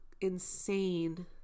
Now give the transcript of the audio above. insane